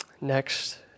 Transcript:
Next